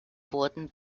wurden